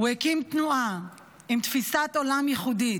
הוא הקים תנועה עם תפיסת עולם ייחודית,